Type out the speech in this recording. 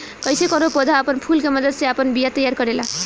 कइसे कौनो पौधा आपन फूल के मदद से आपन बिया तैयार करेला